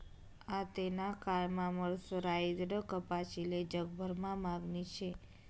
आतेना कायमा मर्सराईज्ड कपाशीले जगभरमा मागणी शे